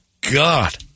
God